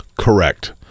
Correct